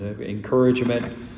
Encouragement